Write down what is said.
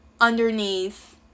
underneath